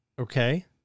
okay